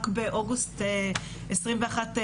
רק באוגוסט 21',